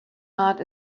heart